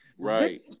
Right